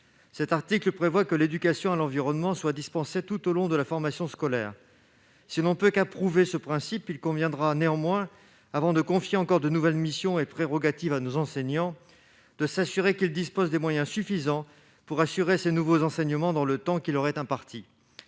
Cet article prévoit que l'éducation à l'environnement sera dispensée tout au long de la formation scolaire. Si l'on ne peut qu'approuver ce principe, il conviendra néanmoins, avant de confier encore de nouvelles missions et prérogatives à nos enseignants, de s'assurer que ceux-ci disposent des moyens suffisants pour assurer ces enseignements dans le temps qui leur est imparti.